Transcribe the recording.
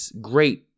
Great